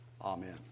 Amen